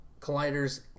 Collider's